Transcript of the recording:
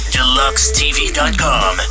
Deluxetv.com